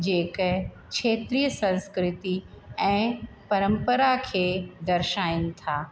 जेके क्षेत्रिय संस्कृति ऐं परंपरा खे दर्शाइनि था